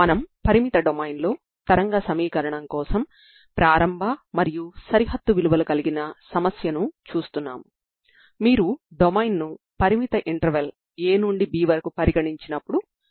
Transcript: గత వీడియోలో మనం రెండు చివరలా నిర్ణయించబడిన పరిమిత స్ట్రింగ్ యొక్క వైబ్రేషన్ ని చూశాము అంటే 2 చివరలా స్థానభ్రంశం 0 అవుతుంది